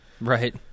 Right